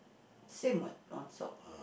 same what on top